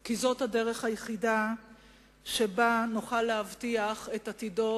כי זאת הדרך היחידה שבה נוכל להבטיח את עתידו